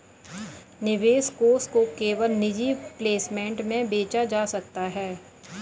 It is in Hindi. निवेश कोष को केवल निजी प्लेसमेंट में बेचा जा सकता है